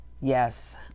Yes